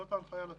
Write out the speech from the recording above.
זאת ההנחיה לצוות.